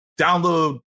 download